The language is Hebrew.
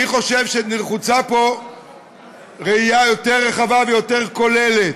אני חושב שנחוצה פה ראייה יותר רחבה ויותר כוללת